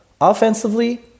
Offensively